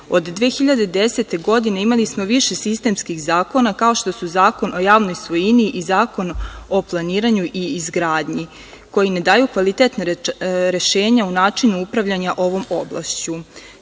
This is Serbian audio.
Od 2010. godine imali smo više sistemskih zakona, kao što su Zakon o javnoj svojini i Zakon o planiranju i izgradnji, koji ne daju kvalitetna rešenja u načinu upravljanja ovom oblašću.